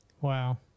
Wow